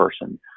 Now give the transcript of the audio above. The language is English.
person